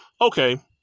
Okay